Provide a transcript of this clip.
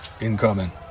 Incoming